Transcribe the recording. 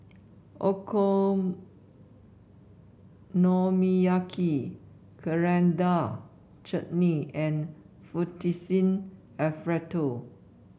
Okonomiyaki Coriander Chutney and Fettuccine Alfredo